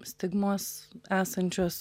stigmos esančios